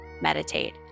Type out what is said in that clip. meditate